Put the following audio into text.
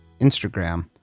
Instagram